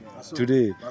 Today